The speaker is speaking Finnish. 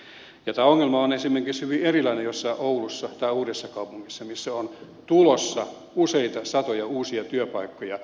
tämä ongelma on esimerkiksi hyvin erilainen jossain oulussa tai uudessakaupungissa missä on tulossa useita satoja uusia työpaikkoja